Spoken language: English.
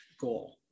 goal